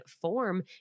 form